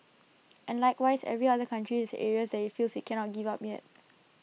and likewise every other country has areas that IT feels IT cannot give up yet